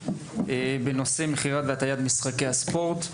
בנושא: מכירת והטיית משחקי הספורט.